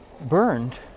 burned